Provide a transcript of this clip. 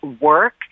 work